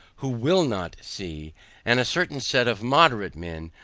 who will not see and a certain set of moderate men,